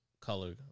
color